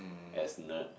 as nerd